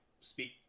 speak